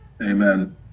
Amen